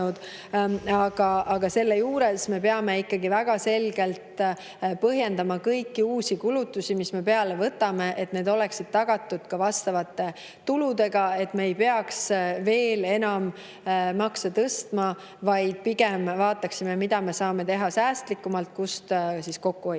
Aga selle juures me peame ikkagi väga selgelt põhjendama kõiki uusi kulutusi, mis me peale võtame, et oleksid tagatud ka vastavad tulud, et me ei peaks veel enam makse tõstma, vaid pigem vaataksime, mida me saame teha säästlikumalt, kust kokku